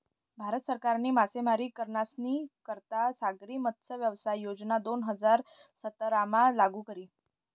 भारत सरकारनी मासेमारी करनारस्नी करता सागरी मत्स्यव्यवसाय योजना दोन हजार सतरामा लागू करी